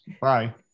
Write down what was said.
Bye